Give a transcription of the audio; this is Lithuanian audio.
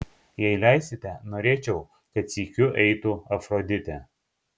jei leisite norėčiau kad sykiu eitų afroditė